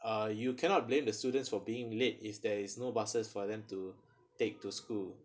uh you cannot blame the students for being late if there is no buses for them to take to school